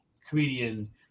comedian